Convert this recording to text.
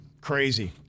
Crazy